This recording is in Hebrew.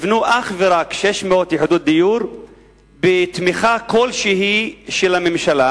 נבנו אך ורק 600 יחידות דיור בתמיכה כלשהי של הממשלה.